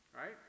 Right